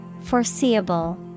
Foreseeable